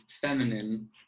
feminine